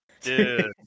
Dude